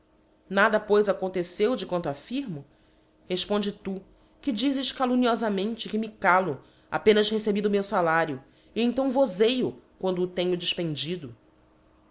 nada pois aconteceu de quanto aflirn i o refponde tu que dizes calumnioíamente que me ccxc apenas recebido o meu falario e então vozêo quawndo o tenho dilpendido